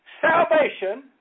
salvation